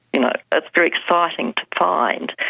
you know ah it's very exciting to find.